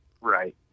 Right